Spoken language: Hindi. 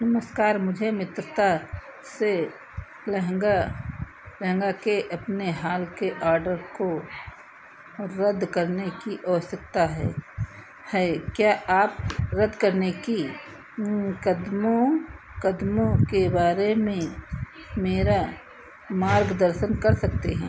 नमस्कार मुझे मिन्त्रा से लहँगा लहँगा के अपने हाल के ऑर्डर को रद्द करने की आवश्यकता है है क्या आप रद्द करने की मुकदमों कदमों के बारे में मेरा मार्गदर्शन कर सकते हैं